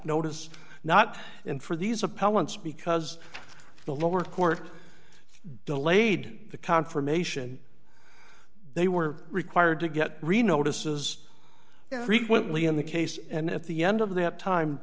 notice not in for these appellants because the lower court delayed the confirmation they were required to get really notices frequently in the case and at the end of the up time